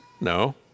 No